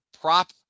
prop